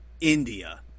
India